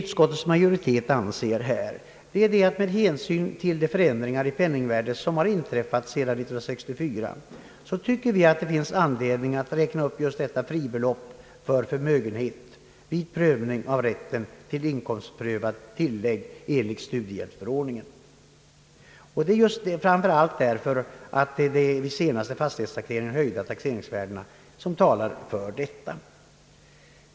Utskottets majoritet anser, att det med hänsyn till de förändringar i penningvärdet, som inträffat sedan 1964, finns anledning att räkna upp detta fribelopp för förmögenhet vid prövning av rätten till inkomstprövat tillägg enligt studiemedelsförordningen, framför allt därför att den senaste taxeringen ökat fastighetsvärdena.